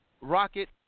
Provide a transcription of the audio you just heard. Rocket